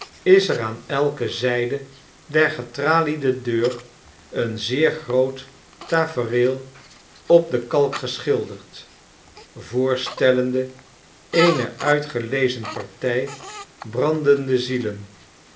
is er aan elke zijde der getraliede deur een zeer groot tafereel op de kalk geschilderd voorstellende eene uitgelezen partij brandende zielen